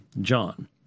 John